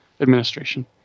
administration